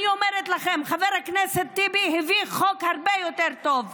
אני אומרת לכם: חבר הכנסת טיבי הביא חוק הרבה יותר טוב,